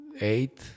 eight